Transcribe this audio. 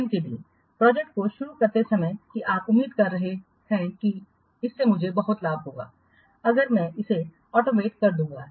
उदाहरण के लिए प्रोजेक्ट को शुरू करते समय देखें कि आप उम्मीद कर रहे हैं कि इससे मुझे बहुत लाभ होगा अगर मैं इसे स्वचालित कर दूंगा